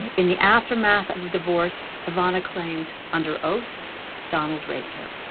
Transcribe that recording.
in the aftermath of the divorce, ivana claimed under oath donald raped her.